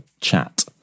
chat